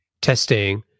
testing